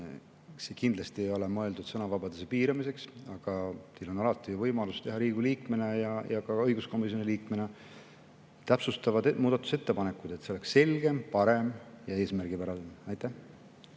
See kindlasti ei ole mõeldud sõnavabaduse piiramiseks. Ja teil on alati võimalus teha Riigikogu liikmena ja ka õiguskomisjoni liikmena täpsustavaid muudatusettepanekuid, et see oleks selgem, parem ja eesmärgipärasem. Aitäh!